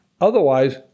Otherwise